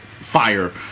fire